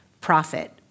profit